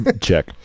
Check